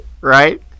right